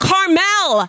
Carmel